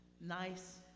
nice